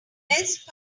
best